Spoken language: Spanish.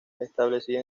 establecida